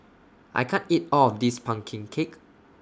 I can't eat All of This Pumpkin Cake